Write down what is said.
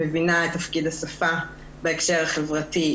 מבינה את תפקיד השפה בהקשר החברתי.